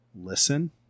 listen